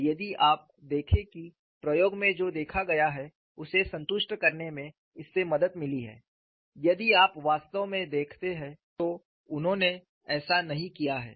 और यदि आप देखें कि प्रयोग में जो देखा गया है उसे संतुष्ट करने में इससे मदद मिली है यदि आप वास्तव में देखते हैं तो उसने ऐसा नहीं किया है